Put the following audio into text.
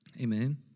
Amen